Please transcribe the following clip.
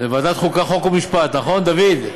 בוועדת החוקה, חוק ומשפט, נכון, דוד?